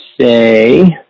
say